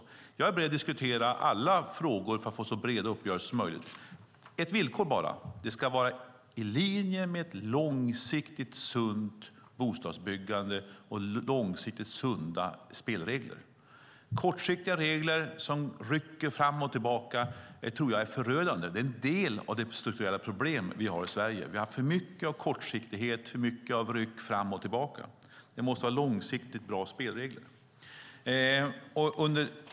Jag är beredd att diskutera alla frågor för att få så breda uppgörelser som möjligt. Det finns bara ett villkor. Det ska vara i linje med ett långsiktigt sunt bostadsbyggande och långsiktigt sunda spelregler. Kortsiktiga regler som rycker fram och tillbaka tror jag är förödande. Det är en del av det strukturella problem vi har i Sverige. Vi har för mycket av kortsiktighet, för mycket av ryck fram och tillbaka. Det måste vara långsiktigt bra spelregler.